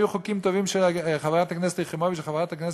היו חוקים טובים של חברת הכנסת יחימוביץ וחברת הכנסת